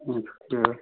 okay